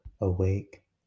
awake